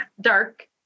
dark